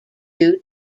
due